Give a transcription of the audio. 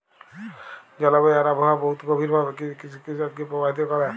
জলবায়ু আর আবহাওয়া বহুত গভীর ভাবে কিরসিকাজকে পরভাবিত ক্যরে